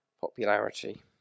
popularity